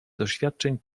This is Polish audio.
doświadczeń